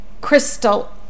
crystal